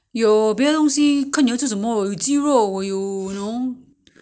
I have chicken I have chicken fish meat you know steam or you know